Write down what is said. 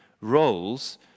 roles